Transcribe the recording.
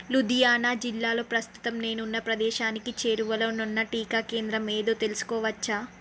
లూధియానా జిల్లాలో ప్రస్తుతం నేనున్న ప్రదేశానికి చేరువలోనున్న టీకా కేంద్రం ఏదో తెలుసుకోవచ్చా